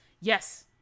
yes